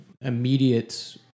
immediate